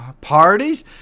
parties